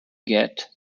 get